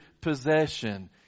possession